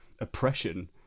oppression